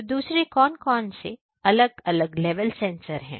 तो दूसरे कौन से अलग अलग लेवल सेंसर है